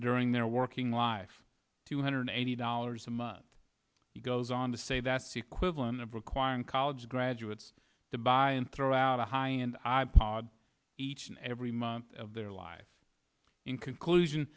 during their working life two hundred eighty dollars a month he goes on to say that's equivalent of requiring college graduates to buy and throw out a high and i pod each and every month of their lives in conclusion